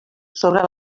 sobre